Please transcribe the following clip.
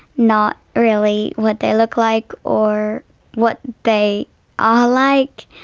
not really what they look like or what they are like.